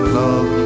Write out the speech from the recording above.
love